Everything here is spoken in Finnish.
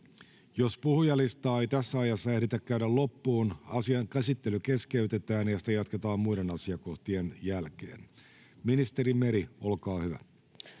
Jos puhujalistaa ei tässä ajassa ehditä käydä loppuun, asian käsittely keskeytetään ja sitä jatketaan muiden asiakohtien jälkeen. — Ministeri Meri, olkaa hyvä.